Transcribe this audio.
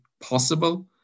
possible